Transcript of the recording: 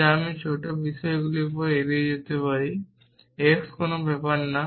যা আমি ছোট বিশদগুলির একটি এড়িয়ে যেতে পারি x কোন ব্যাপার না